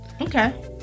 Okay